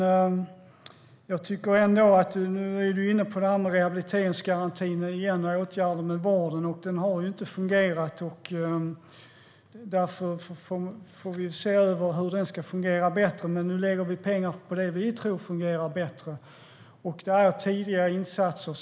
Du var inne på rehabiliteringsgarantin igen och åtgärder inom vården. Rehabiliteringsgarantin har ju inte fungerat, och därför får vi se över hur den ska fungera bättre. Nu lägger vi pengar på det vi tror fungerar bättre, och det är tidiga insatser.